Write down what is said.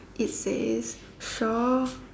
it says shore